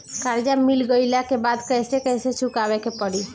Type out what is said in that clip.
कर्जा मिल गईला के बाद कैसे कैसे चुकावे के पड़ी?